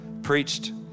Preached